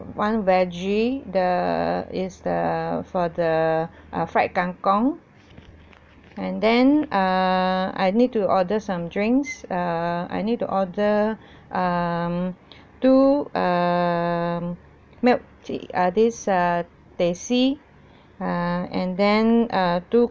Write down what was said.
one veggie the it's the for the uh fried kang kong and then err I need to order some drinks err I need to order um two um milk tea uh this err teh C err and then err two